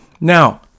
Now